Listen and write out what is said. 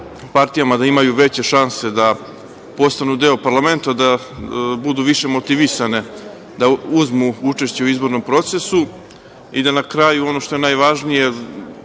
partijama da imaju veće šanse da postanu deo parlamenta, da budu više motivisane da uzmu učešće u izbornom procesu i da na kraju, ono što je najvažnije,